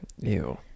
Ew